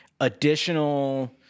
additional